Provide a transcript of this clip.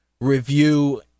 review